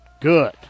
Good